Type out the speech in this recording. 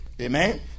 amen